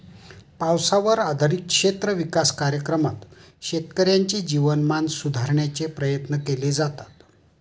पावसावर आधारित क्षेत्र विकास कार्यक्रमात शेतकऱ्यांचे जीवनमान सुधारण्याचे प्रयत्न केले जातात